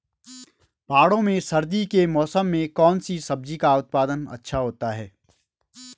पहाड़ों में सर्दी के मौसम में कौन सी सब्जी का उत्पादन अच्छा होता है?